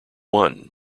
won